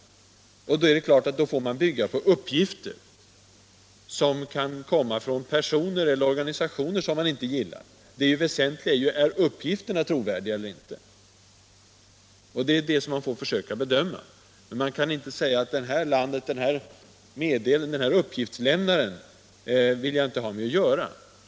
Det är givet att man då får bygga på uppgifter som kan komma från personer eller organisationer som man inte gillar. Det väsentliga är om uppgifterna är trovärdiga eller inte. Det får man alltså försöka bedöma. Men man kan inte säga att med det här landet eller den här uppgiftslämnaren vill jag inte ha att göra.